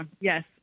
Yes